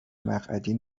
مقعدی